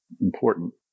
important